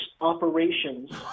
operations